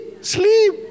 sleep